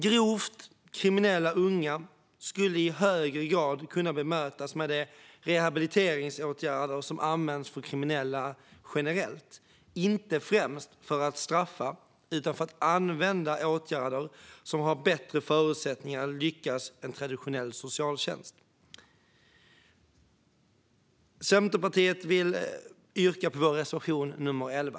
Grovt kriminella unga skulle i högre grad kunna bemötas med de rehabiliteringsåtgärder som används för kriminella generellt, inte främst för att straffa utan för att använda åtgärder som har bättre förutsättningar att lyckas än traditionell socialtjänst. Jag yrkar bifall till Centerpartiets reservation nr 11.